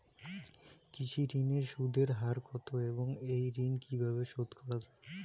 কৃষি ঋণের সুদের হার কত এবং এই ঋণ কীভাবে শোধ করা য়ায়?